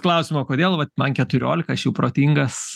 klausimo kodėl vat man keturiolika aš jau protingas